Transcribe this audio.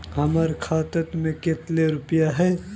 हमर खाता में केते रुपया है?